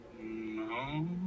No